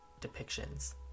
depictions